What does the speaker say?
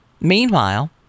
Meanwhile